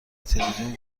تلویزیون